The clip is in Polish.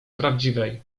prawdziwej